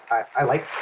i like